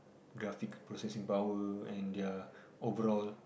graphic processing power and their overall